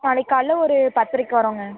நாளைக்கு காலையில் ஒரு பத்தரைக்கு வர்றோம்ங்க